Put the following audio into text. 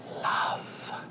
Love